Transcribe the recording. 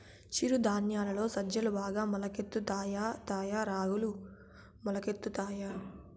చిరు ధాన్యాలలో సజ్జలు బాగా మొలకెత్తుతాయా తాయా రాగులు మొలకెత్తుతాయా